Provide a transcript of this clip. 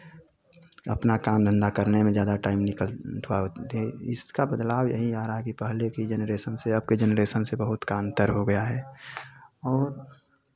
अपना काम धंधा करने में ज़्यादा टाइम निकल थोड़ा इसका बदलाव यही आ रहा है कि पहले की जेनरेशन से अबकी जेनरेशन से बहुत का अंतर हो गया है और